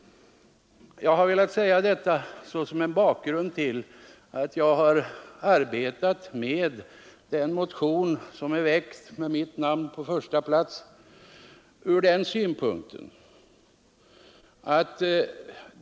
Jag har velat säga detta såsom en bakgrund till den motion på vilken jag är antecknad som första namn.